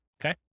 Okay